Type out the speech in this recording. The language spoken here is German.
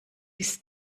ist